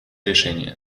решение